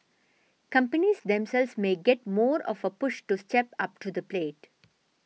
companies themselves may get more of a push to step up to the plate